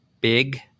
big